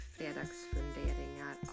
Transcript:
Fredagsfunderingar